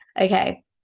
okay